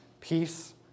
Peace